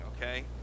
okay